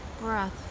breath